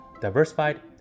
diversified